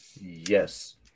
Yes